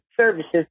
services